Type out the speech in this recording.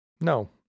No